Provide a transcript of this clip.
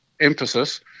emphasis